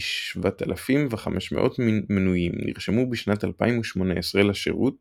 כ-7,500 מנויים נרשמו בשנת 2018 לשירות